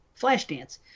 Flashdance